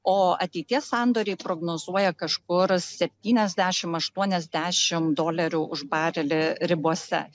o ateities sandoriai prognozuoja kažkur septyniasdešimt aštuoniasdešimt dolerių už barelį ribose